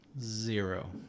zero